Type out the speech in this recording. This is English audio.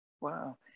Wow